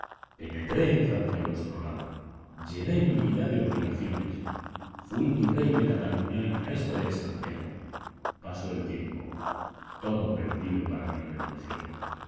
penetré en francia a vuestro lado llené mi vida de obligaciones fui virrey de cataluña y maestre de santiago pasó el tiempo todo perdido para mi redención